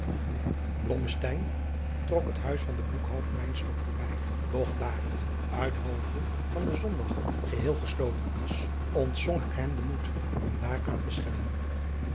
trok het huis van den boekhouder wynstok voorbij doch daar het uit hoofde van den zondag geheel gesloten was ontzonk hem de moed om daar aan te schellen